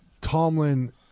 Tomlin